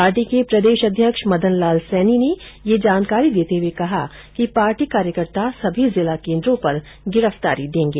party के प्रदेश अध्यक्ष मदन लाल सैनी ने यह जानकारी देते हुए कहा कि पार्टी कार्यकर्ता सभी जिला केन्द्रों पर गिरफ्तारी देंगे